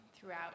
throughout